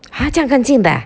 !huh! 这样干净的 ah